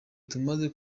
tumaze